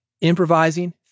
improvising